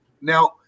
Now